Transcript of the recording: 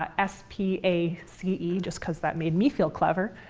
ah s p a c e, just because that made me feel clever.